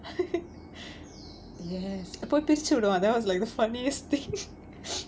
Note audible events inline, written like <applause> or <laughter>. yes அப்போ பிரிச்சு விடுவோம்:appo pirichu viduvom that was like the funniest thing <laughs>